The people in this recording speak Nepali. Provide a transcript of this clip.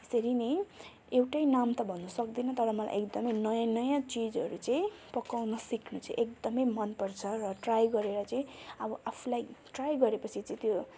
यसरी नै एउटै नाम त भन्न सक्दिनँ तर मलाई एकदमै नयाँ नयाँ चिजहरू चाहिँ पकाउन सिक्नु चाहिँ एकदमै मन पर्छ र ट्राई गरेर चाहिँ अब आफूलाई ट्राई गरेपछि चाहिँ त्यो